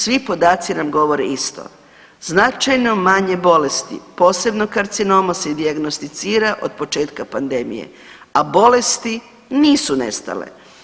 Svi podaci nam govore isto, značajno manje bolesti posebno karcinoma se i dijagnosticira od početka pandemije, a bolesti nisu nestale.